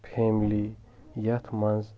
family یتھ منٛز